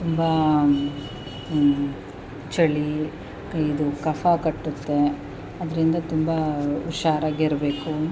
ತುಂಬ ಚಳಿ ಇದು ಕಫಾ ಕಟ್ಟುತ್ತೆ ಅದರಿಂದ ತುಂಬ ಹುಷಾರಾಗಿರಬೇಕು